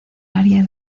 área